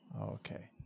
Okay